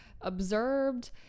observed